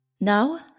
Now